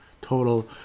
total